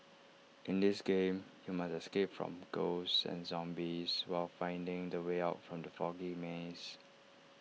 in this game you must escape from ghosts and zombies while finding the way out from the foggy maze